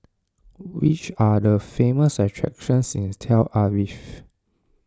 which are the famous attractions in Tel Aviv